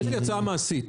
יש לי הצעה מעשית.